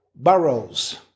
Burrows